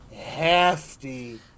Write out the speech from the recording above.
hefty